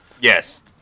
Yes